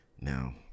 now